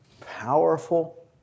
powerful